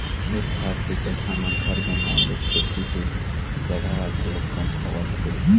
खेत खार के जघा म घर बनाए ले खेती के जघा ह घलोक कम होवत हे